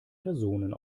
personen